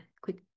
quick